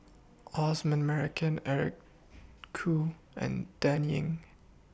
Osman Merican Eric Khoo and Dan Ying